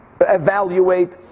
evaluate